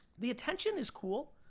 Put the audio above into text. the attention is cool,